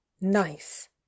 nice